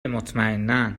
مطمئنا